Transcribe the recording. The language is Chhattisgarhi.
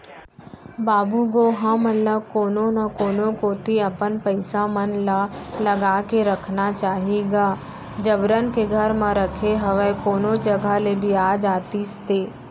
बाबू गो हमन ल कोनो न कोनो कोती अपन पइसा मन ल लगा के रखना चाही गा जबरन के घर म रखे हवय कोनो जघा ले बियाज आतिस ते